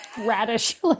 radish